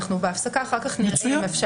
בהפסקה אחר כך אנחנו נבדוק.